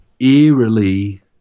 eerily